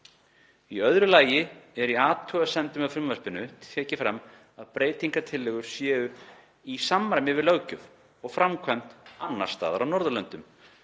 Í öðru lagi er í athugasemdum með frumvarpinu tekið fram að breytingartillögur séu „í samræmi við löggjöf og framkvæmd annar staðar á Norðurlöndum“